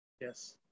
Yes